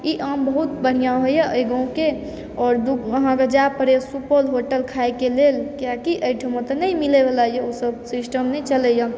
ई आम बहुत बढ़िया होइए अइ गाँवके और अहाँके जाय पड़ैए सुपौल होटल खाइके लेल किए कि अइठमाँ तऽ नै मिलैवला य ऊ सब सिस्टम नइँ चलैए